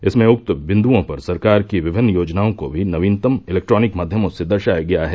इसमें उक्त बिन्दुओं पर सरकार की विभिन्न योजनाओं को भी नवीनतम इलेक्ट्रानिक माध्यमों से दर्शाया गया है